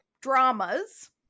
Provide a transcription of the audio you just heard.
dramas